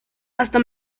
hasta